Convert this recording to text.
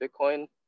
Bitcoin